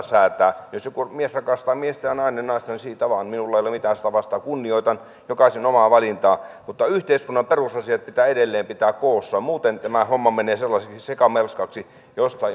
säätää jos joku mies rakastaa miestä ja nainen naista niin siitä vain minulla ei ole mitään sitä vastaan kunnioitan jokaisen omaa valintaa mutta yhteiskunnan perusasiat pitää edelleen pitää koossa muuten tämä homma menee sellaiseksi sekamelskaksi josta